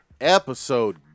Episode